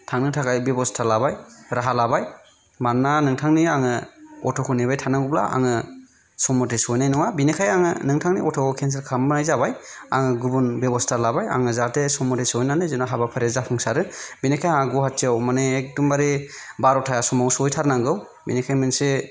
थांनो थाखाय बेबस्था लाबाय राहा लाबाय मानोना नोंथांनि आङो अट'खौ नेबाय थानांगौब्ला आङो सम मथे सहैनाय नङा बिनिखाय आङो नोंथांनि अट'खौ केन्सेल खालामनाय जाबाय आङो गुबुन बेब'स्था लाबाय आङो जाहाथे सम मथे सहैनानै जोंना हाबाफारिया जाफुंसारो बिनिखाय आं गुवाहाटिआव माने एखदमबारे बार'था समाव सहैथारनांगौ बिनिखाय मोनसे